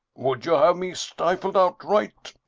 would you have me stifled outright?